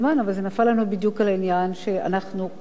אבל זה נפל לנו בדיוק על העניין שאנחנו כולנו,